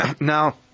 Now